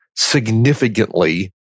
significantly